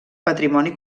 patrimoni